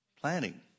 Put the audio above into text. planting